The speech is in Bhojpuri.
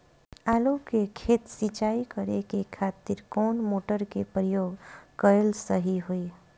आलू के खेत सिंचाई करे के खातिर कौन मोटर के प्रयोग कएल सही होई?